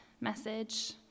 message